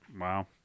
Wow